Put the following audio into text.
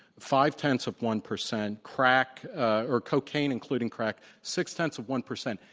five-tenths of one percent. crack or cocaine, including crack, six-tenths of one percent.